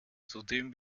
zudem